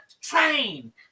train